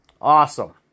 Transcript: Awesome